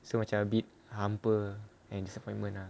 so macam a bit hampa and disappointment